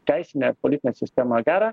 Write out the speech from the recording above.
teisinę ar politinę sistemą gerą